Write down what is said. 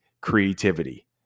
creativity